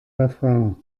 refrain